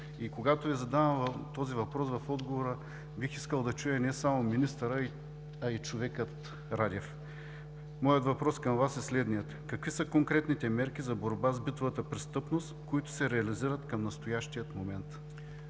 Когато Ви задавам този въпрос, в отговора бих искал да чуя не само министърът, а и човекът Радев. Моят въпрос към Вас е следният: какви са конкретните мерки за борба с битовата престъпност, които се реализират към настоящия момент?